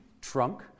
trunk